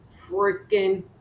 freaking